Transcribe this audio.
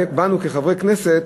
כחברי כנסת,